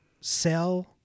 sell